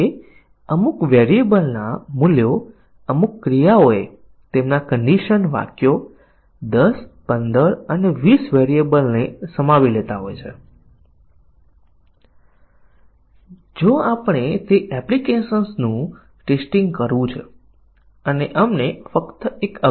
white box પરીક્ષણમાં બે વ્યૂહરચના નિવેદન કવરેજ અને શાખા કવરેજની ચર્ચા કર્યા પછી આપણે કહી શકીએ કે એમાથી કયું મજબૂત પરીક્ષણ છે